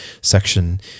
section